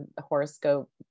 horoscope